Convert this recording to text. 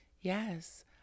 Yes